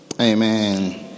Amen